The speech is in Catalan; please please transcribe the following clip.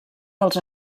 dels